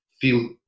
feel